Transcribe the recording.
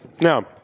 Now